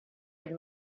had